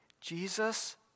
Jesus